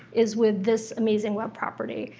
is with this amazing web property.